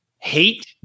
hate